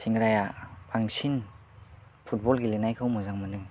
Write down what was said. सेंग्राया बांसिन फुटबल गेलेनायखौ मोजां मोनो